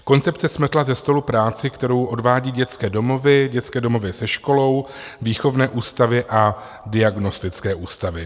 Koncepce smetla se stolu práci, kterou odvádí dětské domovy, dětské domovy se školou, výchovné ústavy a diagnostické ústavy.